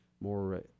more